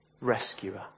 rescuer